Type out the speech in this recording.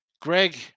Greg